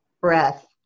breath